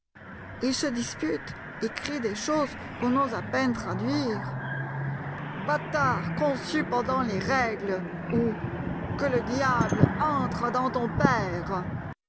ils se disputent et crient des choses qu'on ose à peine traduire bâtard conçu pendant les règles ou que le diable entre dans ton père